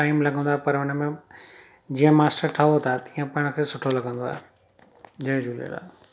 time लॻंदो आहे पर हुनमें जीअं मास्टर ठहूं था तीअं पाण खे सुठो लॻंदो आहे जय झूलेलाल